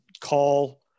call